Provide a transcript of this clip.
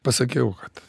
pasakiau kad